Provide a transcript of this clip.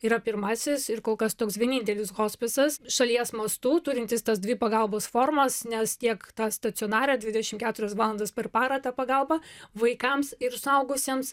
yra pirmasis ir kol kas toks vienintelis hospisas šalies mastu turintis tas dvi pagalbos formas nes tiek stacionare dvidešim keturias valandas per parą ta pagalba vaikams ir suaugusiems